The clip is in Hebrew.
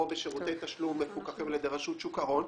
בשירותי תשלום מפוקחים על ידי רשות שוק ההון,